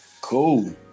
Cool